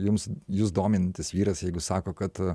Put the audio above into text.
jums jus dominantis vyras jeigu sako kad